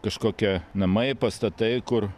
kažkokie namai pastatai kur